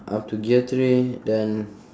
up to gear three then